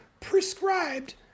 prescribed